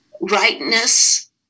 rightness